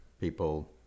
people